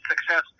success